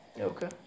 Okay